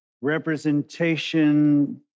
representation